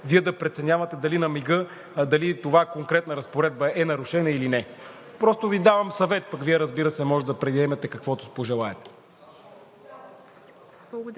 Вие да преценявате на мига дали конкретна разпоредба е нарушена, или не. Просто Ви давам съвет, пък Вие, разбира се, можете да приемете каквото пожелаете.